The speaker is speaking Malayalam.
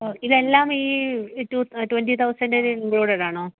ഓ ഇതെല്ലാം ഈ ടു ട്വൻറ്റി തൗസൻഡിൽ ഇൻക്ലൂഡാണോ